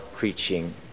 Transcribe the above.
Preaching